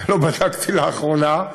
לא בדקתי לאחרונה,